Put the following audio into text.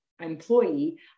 Employee